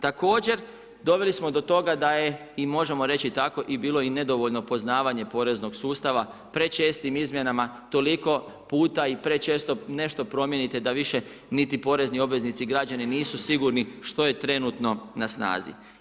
Također doveli smo do toga da je i možemo reći tako i bilo i nedovoljno poznavanje poreznog sustava, prečestim izmjenama toliko puta i prečesto nešto promijenite da više niti porezni obveznici i građani nisu sigurni što je trenutno na snazi.